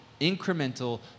incremental